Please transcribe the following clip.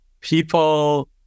people